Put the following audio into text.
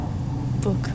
book